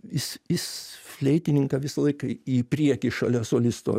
jis jis fleitininką visą laiką į priekį šalia solisto